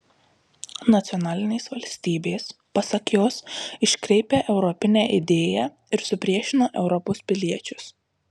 nacionalinės valstybės pasak jos iškreipia europinę idėją ir supriešina europos piliečius